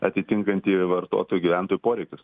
atitinkantį vartotojų gyventojų poreikius